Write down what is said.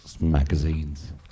magazines